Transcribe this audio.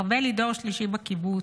ארבל היא דור שלישי בקיבוץ,